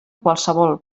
qualsevol